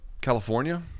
California